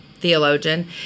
theologian